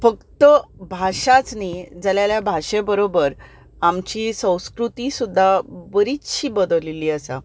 फक्त भाशाच न्ही जालें जाल्यार भाशे बरोबर आमची संस्कृती सुद्दा बरीचशी बदललेली आसा